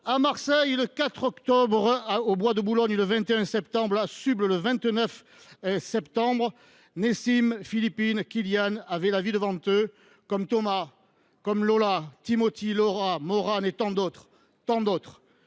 À Marseille, le 4 octobre, au bois de Boulogne, le 21 septembre, à Subles, le 29 septembre, Nessim, Philippine et Kylian avaient la vie devant eux, comme Thomas, Lola, Timothy, Laura, Mauranne et tant d’autres.